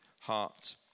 heart